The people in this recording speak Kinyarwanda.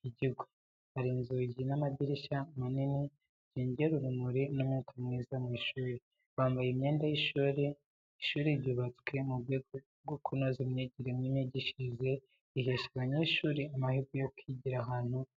higirwa. Hari inzugi n’amadirishya manini, byongera urumuri n’umwuka mwiza mu mashuri, bambaye imyenda y’ishuri. Ishuri ryubatswe mu rwego rwo kunoza imyigire n’imyigishirize rihesha abanyeshuri amahirwe yo kwigira ahantu heza.